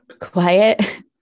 quiet